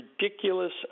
ridiculous